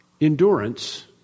endurance